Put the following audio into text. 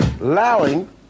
allowing